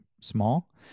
small